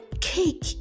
cake